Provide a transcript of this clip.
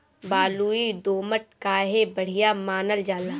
बलुई दोमट काहे बढ़िया मानल जाला?